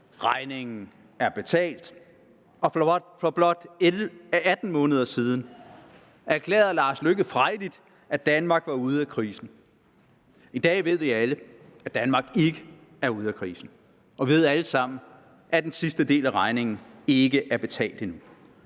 regningen betalt«. For blot 18 måneder siden erklærede hr. Lars Løkke Rasmussen frejdigt, at Danmark er ude af krisen. I dag ved vi alle, at Danmark ikke er ude af krisen. Vi ved alle sammen, at den sidste del af regningen ikke er blevet betalt endnu.